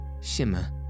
shimmer